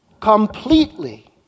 completely